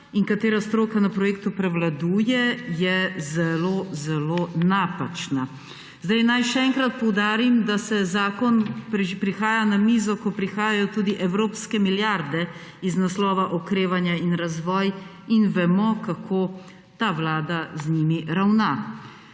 in katera stroka na projektu prevladuje, je zelo zelo napačna. Naj še enkrat poudarim, da zakon prihaja na mizo, ko prihajajo tudi evropske milijarde iz naslova okrevanja in razvoj – in vemo, kako ta vlada z njimi ravna.